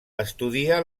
estudia